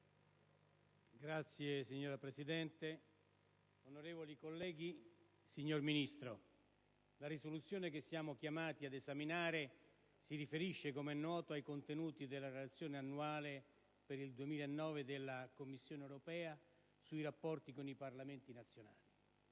*(PD)*. Signora Presidente, onorevoli colleghi, signor Ministro, la risoluzione che siamo chiamati ad esaminare si riferisce, com'è noto, ai contenuti della Relazione annuale per il 2009 della Commissione europea sui rapporti con i Parlamenti nazionali.